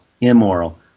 immoral